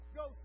go